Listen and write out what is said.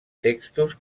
textos